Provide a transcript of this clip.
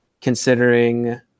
considering